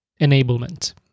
enablement